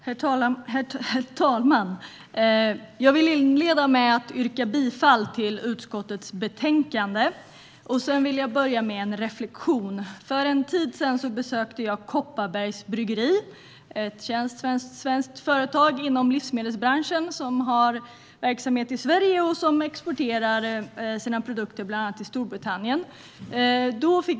Herr talman! Jag vill inleda med att yrka bifall till utskottets förslag i betänkandet. Jag vill börja mitt anförande med en reflektion. För en tid sedan besökte jag Kopparbergs Bryggeri, ett känt svenskt företag inom livsmedelsindustrin som har verksamhet i Sverige och som exporterar sina produkter bland annat till Storbritannien.